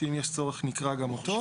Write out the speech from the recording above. שאם יש צורך נקרא גם אותו.